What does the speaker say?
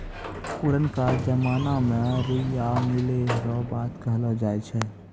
पुरनका जमाना मे रुइया मिलै रो बात कहलौ जाय छै